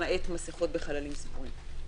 למעט מסכות בחללים סגורים.